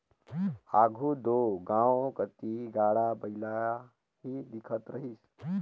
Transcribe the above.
आघु दो गाँव कती गाड़ा बइला ही दिखत रहिस